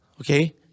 Okay